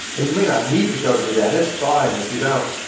and you may not need to go to the dentist. fine, if you don't,